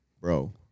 bro